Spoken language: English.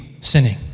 sinning